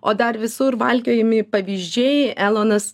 o dar visur valkiojami pavyzdžiai elonas